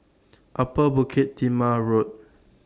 Upper Bukit Timah Road